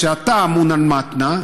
כשאתה אמון על מתנ"א,